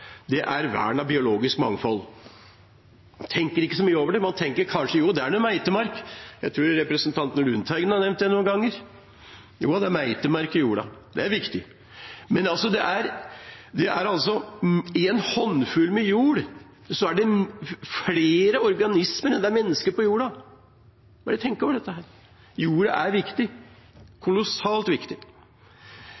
Man tenker kanskje at det er meitemark der; jeg tror representanten Lundteigen har nevnt det noen ganger. Ja, det er meitemark i jorda. Det er viktig. Men i en håndfull jord er det flere organismer enn det er mennesker på jorda. Tenk over det. Jord er viktig